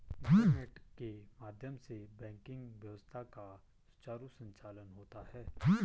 internet के माध्यम से बैंकिंग व्यवस्था का सुचारु संचालन होता है